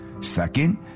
Second